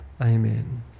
Amen